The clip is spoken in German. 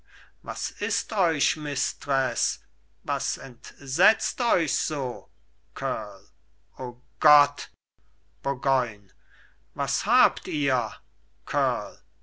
was ist euch mistreß was entsetzt euch so kurl o gott burgoyn was habt ihr